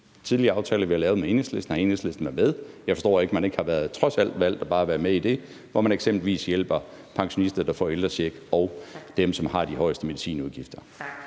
tidligere aftaler, vi har lavet, har Enhedslisten været med i. Jeg forstår ikke, at man ikke trods alt har valgt bare at være med i det, hvor man eksempelvis hjælper pensionister, der får ældrecheck, og dem, som har de højeste medicinudgifter.